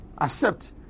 accept